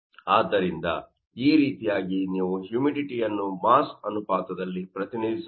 ಆದ್ದರಿಂದ ಈ ರೀತಿಯಾಗಿ ನೀವು ಈ ಹ್ಯೂಮಿಡಿಟಿಯನ್ನು ಮಾಸ್ ಅನುಪಾತದಲ್ಲಿ ಪ್ರತಿನಿಧಿಸಬಹುದು